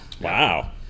Wow